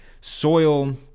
soil